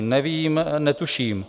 Nevím, netuším.